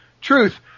Truth